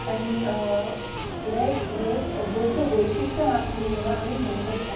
आनी हें एक गोंयचें वैशिश्ट म्हुणो आमी म्हणों शकता